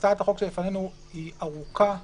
הצעת החוק שלפנינו היא ארוכה ומורכבת,